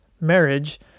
marriage